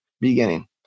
beginning